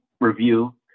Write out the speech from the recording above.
review